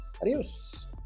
Adios